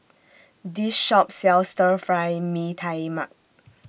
This Shop sells Stir Fry Mee Tai Mak